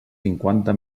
cinquanta